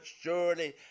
surely